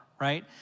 right